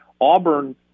Auburn